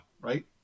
right